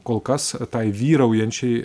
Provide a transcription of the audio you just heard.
kol kas tai vyraujančiai